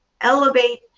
elevate